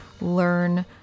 learn